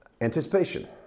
anticipation